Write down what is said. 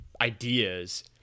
ideas